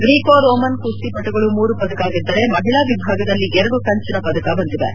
Greco Roman ಕುಸ್ತಿಪಟುಗಳು ಮೂರು ಪದಕ ಗೆದ್ದರೆ ಮಹಿಳಾ ವಿಭಾಗದಲ್ಲಿ ಎರಡು ಕಂಚಿನ ಪದಕ ಬಂದಿವೆ